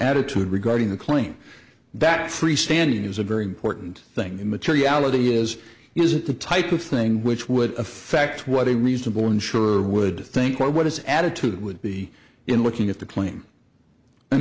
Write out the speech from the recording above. attitude regarding the claim that free standing is a very important thing materiality is is it the type of thing which would affect what a reasonable insurer would think or what is attitude would be in looking at the claim and